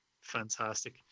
fantastic